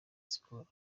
sport